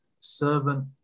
servant